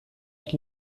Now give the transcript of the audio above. het